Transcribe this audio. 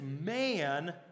man